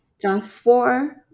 transform